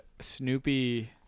Snoopy